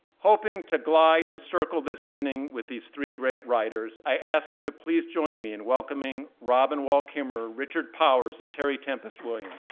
hoping to glide and circle this evening with these three great writers, i ask you to please join me in welcoming robin wall kimmerer, richard powers, and terry tempest williams.